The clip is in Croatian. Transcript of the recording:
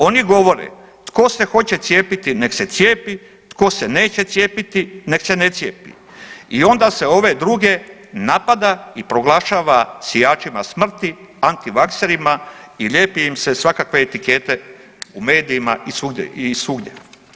Oni govore tko se hoće cijepiti nek se cijepi, tko se neće cijepiti nek se ne cijepi i onda se ove druge napada i proglašava sijačima smrti, antivakserima i lijepe im se svakakve etikete u medijima i svugdje.